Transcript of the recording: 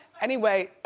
anyway,